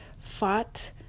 fought